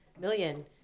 million –